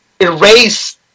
erase